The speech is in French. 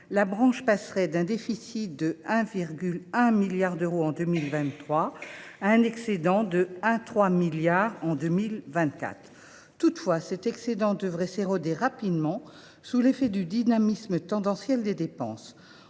la branche passerait d’un déficit de 1,1 milliard d’euros en 2023 à un excédent de 1,3 milliard en 2024. Toutefois, cet excédent devrait rapidement s’éroder sous l’effet du dynamisme tendanciel des dépenses.